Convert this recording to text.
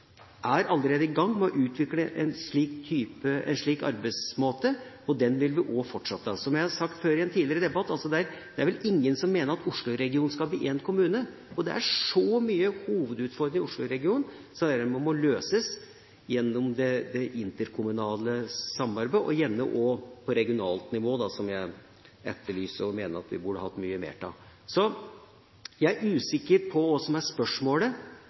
er allerede i gang med å utvikle en slik arbeidsmåte, og den vil vi fortsatt ha. Som jeg har sagt i en tidligere debatt: Det er vel ingen som mener at Oslo-regionen skal bli én kommune. Det er så mange store utfordringer i Oslo-regionen som bør løses gjennom det interkommunale samarbeidet, gjerne også på regionalt nivå, som jeg etterlyser, og som jeg mener vi burde hatt mye mer av. Jeg er usikker på hva som er spørsmålet